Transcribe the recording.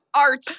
art